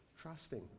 trusting